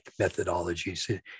methodologies